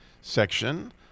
section